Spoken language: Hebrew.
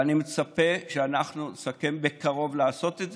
ואני מצפה שאנחנו נסכם בקרוב שעושים את זה,